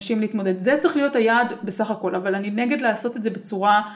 אנשים להתמודד, זה צריך להיות היעד בסך הכל, אבל אני נגד לעשות את זה בצורה.